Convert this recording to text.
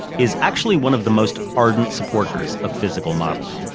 is actually one of the most ardent supporters of physical modeling.